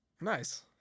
nice